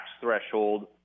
threshold